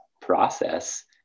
process